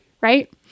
right